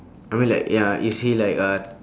I mean like ya is he like uh